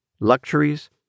luxuries